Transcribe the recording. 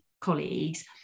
colleagues